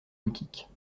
boutiques